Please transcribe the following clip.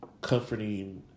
comforting